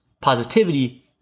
Positivity